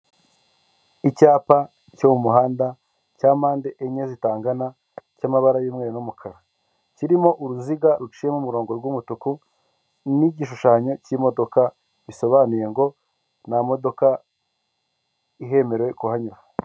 Icyapa cyo mu muhanda, cya mpande enye zitangana, cy'amabara y'umweru n'umukara, kirimo uruziga ruciye mu umurongo rw'umutuku, n'igishushanyo cy'imodoka bisobanuye ngo nta modoka ihemerewe kuhanyura.